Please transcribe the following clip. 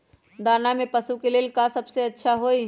दाना में पशु के ले का सबसे अच्छा होई?